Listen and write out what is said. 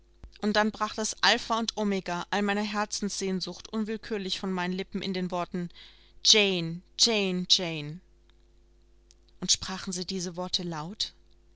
und dann brach das alpha und omega all meiner herzenssehnsucht unwillkürlich von meinen lippen in den worten jane jane jane und sprachen sie diese worte laut